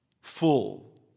full